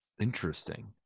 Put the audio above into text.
Interesting